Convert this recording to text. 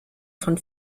von